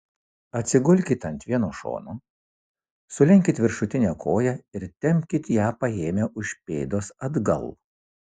atsigulkit ant vieno šono sulenkit viršutinę koją ir tempkit ją paėmę už pėdos atgal